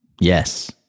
Yes